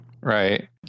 Right